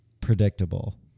predictable